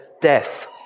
death